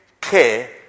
care